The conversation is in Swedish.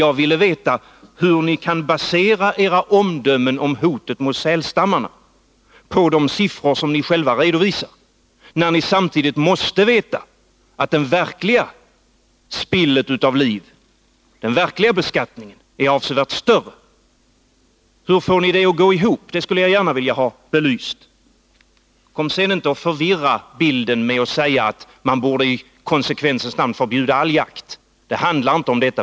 Jag ville veta hur ni i utskottet kan basera era omdömen om hotet mot sälstammarna på de siffror som ni själva redovisar, när ni samtidigt måste veta att det verkliga spillet av liv, den verkliga beskattningen, är avsevärt större. Hur får ni detta att gå ihop? Det skulle jag gärna vilja ha belyst. Kom inte och förvirra bilden med att säga att man i konsekvensens namn borde förbjuda all jakt! Det handlar inte om det.